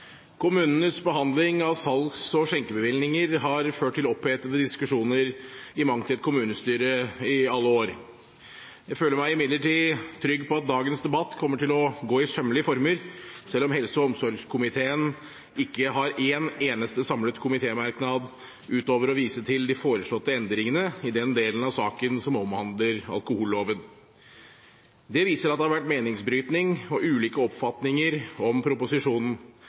Kommunenes behandling av salgs- og skjenkebevillinger har ført til opphetede diskusjoner i mangt et kommunestyre i alle år. Jeg føler meg imidlertid trygg på at dagens debatt kommer til å gå i sømmelige former, selv om helse- og omsorgskomiteen ikke har én eneste samlet komitémerknad utover å vise til de foreslåtte endringene i den delen av saken som omhandler alkoholloven. Det viser at det har vært meningsbrytning og ulike oppfatninger om proposisjonen,